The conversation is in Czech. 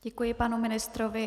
Děkuji panu ministrovi.